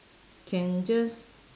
can just